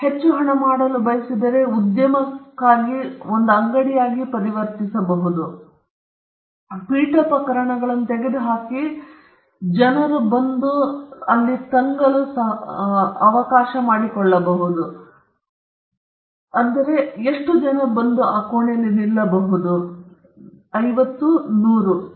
ಈಗ ನೀವು ಹೆಚ್ಚು ಉದ್ಯಮಶೀಲತೆ ಪಡೆದರೆ ಮತ್ತು ಹೆಚ್ಚಿನ ಜನರಿಗೆ ನೀವು ಅದನ್ನು ಪಡೆಯಲು ಬಯಸಿದರೆ ನೀವು ಎಲ್ಲಾ ಪೀಠೋಪಕರಣಗಳನ್ನು ತೆಗೆದುಹಾಕಿ ಮತ್ತು ಜನರು ಬಂದು ಎಲ್ಲಿಂದಲಾದರೂ ಪರಸ್ಪರ ಸಂವಹನ ನಡೆಸುವ ಸ್ಥಳವಾಗಿ ಮಾಡಬಹುದು ಅವರು ತಿನ್ನುತ್ತಾರೆ ಅವರು ಸಾಧ್ಯವೋ ಪರಸ್ಪರ ಮಾತನಾಡಿ ಮತ್ತು ನೀವು ನಿಜವಾಗಿಯೂ ಇದನ್ನು ಮುಂದಕ್ಕೆ ವಿಸ್ತರಿಸಬೇಕೆಂದು ಬಯಸಿದರೆ ನೀವು ಒಂದು ರೀತಿಯ ಪಕ್ಷವನ್ನು ಹೊಂದಿರಬಹುದು ಅಲ್ಲಿ ಜನರು ಪರಸ್ಪರ ಹತ್ತಿರ ಇರುವ ಮನಸ್ಸನ್ನು ಹೊಂದಿರುವುದಿಲ್ಲ